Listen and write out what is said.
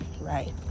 right